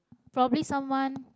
probably someone